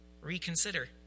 Reconsider